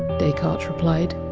descartes replied!